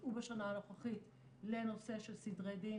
ייצאו בשנה הנוכחית לנושא של סדרי דין